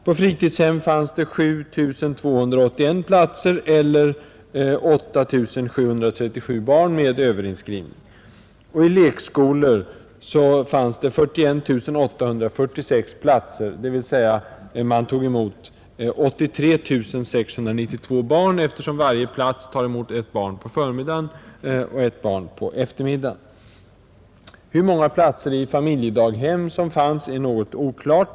På fritidshem fanns det 7 281 platser, eller med överinskrivning 8737 barn, I lekskolor fanns det 41 846 platser, dvs. man tog emot 83 692 barn, eftersom varje plats tar emot ett barn på förmiddagen och ett barn på eftermiddagen. Hur många platser i familjedaghem som fanns är något oklart.